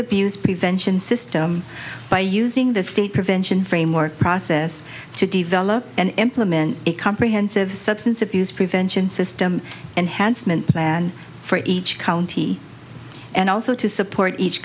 abuse prevention system by using the state prevention framework process to develop and implement a comprehensive substance abuse prevention system and handsome and planned for each county and also to support each